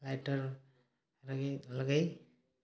lighter ଲଗେଇ